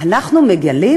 אנחנו מגלים